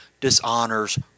dishonors